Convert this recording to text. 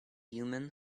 human